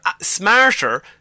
smarter